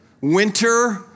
Winter